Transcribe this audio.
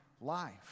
life